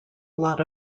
lot